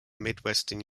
midwestern